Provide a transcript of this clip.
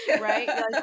right